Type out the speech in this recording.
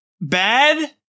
bad